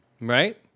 Right